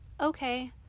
okay